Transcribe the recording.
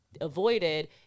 avoided